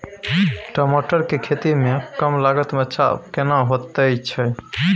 टमाटर के खेती में कम लागत में पौधा अच्छा केना होयत छै?